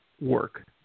work